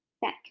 back